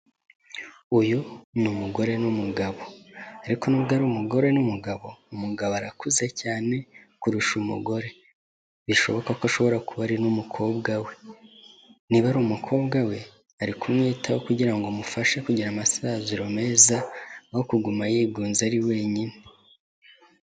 Uyu ni umugore n'umugabo, ariko nubwo ari umugore n'umugabo, umugabo arakuze cyane kurusha umugore, bishoboka ko ashobora kuba ari n'umukobwa we, niba ari umukobwa we ari kumwitaho kugira ngo amufashe kugira amasaziro meza, aho kuguma yigunze ari wenyine.